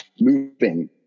moving